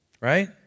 Right